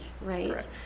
right